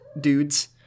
dudes